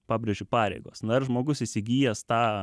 pabrėžiu pareigos na ir žmogus įsigijęs tą